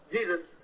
Jesus